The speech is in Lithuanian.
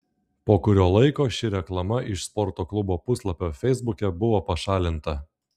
po kurio laiko ši reklama iš sporto klubo puslapio feisbuke buvo pašalinta